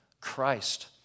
Christ